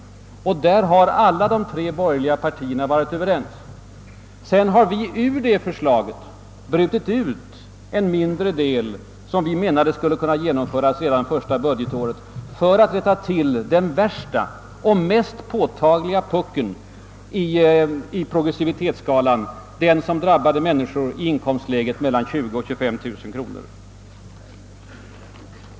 I fråga om detta har alla de tre borgerliga partierna varit överens. Sedan har vi ur det förslaget brutit ut en mindre del som vi menade skulle kunna genomföras redan första budgetåret för att rätta till den värsta och mest påtagliga puckeln i progressivitetsskalan, den som drabbade människor i inkomstläget mellan 20 000 och 25000 kronor.